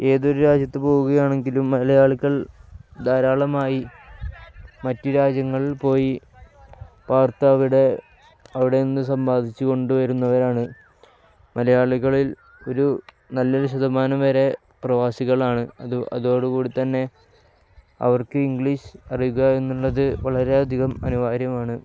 ഏതൊരു രാജ്യത്തു പോവുകയാണെങ്കിലും മലയാളികൾ ധാരാളമായി മറ്റു രാജ്യങ്ങളിൽ പോയി പാർത്തവിടെ അവിടെ നിന്നു സമ്പാദിച്ചു കൊണ്ടുവരുന്നവരാണ് മലയാളികളിൽ ഒരു നല്ലൊരു ശതമാനം വരെ പ്രവാസികളാണ് അത് അതോടുകൂടി തന്നെ അവർക്ക് ഇംഗ്ലീഷ് അറിയുക എന്നുള്ളതു വളരെയധികം അനിവാര്യമാണ്